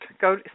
Go